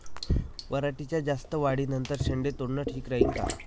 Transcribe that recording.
पराटीच्या जास्त वाढी नंतर शेंडे तोडनं ठीक राहीन का?